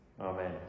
Amen